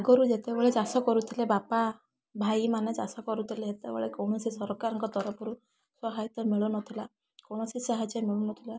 ଆଗୁରୁ ଯେତେବେଳେ ଚାଷ କରୁଥିଲେ ବାପା ଭାଇମାନେ ଚାଷ କରୁଥିଲେ ସେତେବେଳେ କୌଣସି ସରକାରଙ୍କ ତରଫରୁ ସହାୟତା ମିଳୁନଥିଲା କୌଣସି ସାହାଯ୍ୟ ମିଳୁନଥିଲା